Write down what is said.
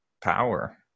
power